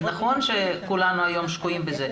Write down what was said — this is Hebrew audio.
נכון שכולנו היום שקועים בזה,